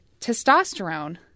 testosterone